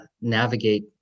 navigate